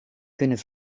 kunnen